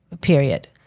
period